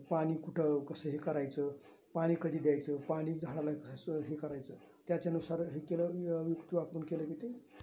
पाणी कुठं कसं हे करायचं पाणी कधी द्यायचं पाणी झाडाला कसं हे करायचं त्याच्यानुसार हे केलं युक्ती वापरून केलं की ते